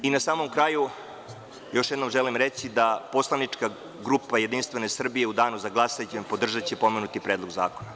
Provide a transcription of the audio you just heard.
I na samom kraju, još jednom želim reći da poslanička grupa JS u danu za glasanje podržaće pomenuti Predlog zakona.